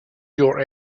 your